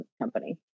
company